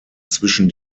zwischen